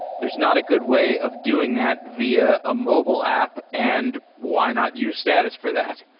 there's not a good way of doing that via a mobile app and why not use status for that?